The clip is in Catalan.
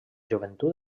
joventut